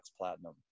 platinum